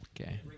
Okay